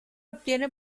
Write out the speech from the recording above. obtiene